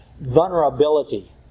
vulnerability